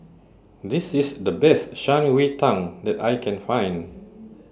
This IS The Best Shan Rui Tang that I Can Find